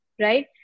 right